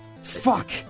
Fuck